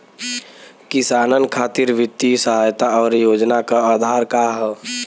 किसानन खातिर वित्तीय सहायता और योजना क आधार का ह?